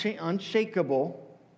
unshakable